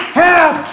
half